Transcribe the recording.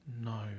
No